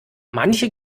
manche